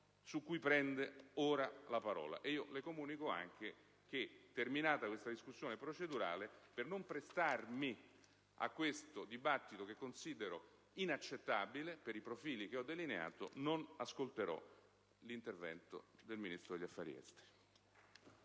su cui prende ora la parola. Le comunico anche che, terminata questa discussione procedurale, per non prestarmi a questo dibattito che considero inaccettabile per i profili che ho delineato, non ascolterò l'intervento del Ministro degli affari esteri.